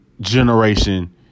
generation